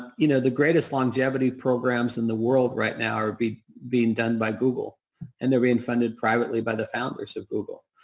you know, the greatest longevity programs in the world right now are being done by google and they're being funded privately by the founders of google.